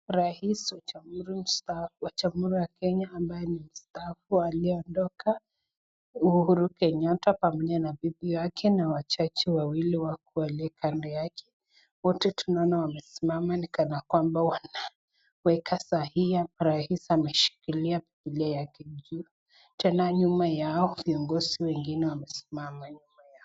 Rais wa jamhuri ya Kenya ambaye ni mstaafu aliyeondoka Uhuru Kenyatta pamoja na bibi yake na majaji wawili wakuu walio kando yake, wote tunaona wamesimama ni kana kwamba wanaweka sahii, hapa rais ameshikilia bibi yake juu, tena nyuma yao viongozi wengine wamesimama nyuma yao.